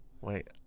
Wait